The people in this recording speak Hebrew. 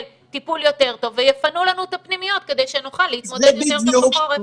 טיפול יותר טוב ויפנו לנו את הפנימיות כדי שנוכל להתמודד יותר טוב בחורף.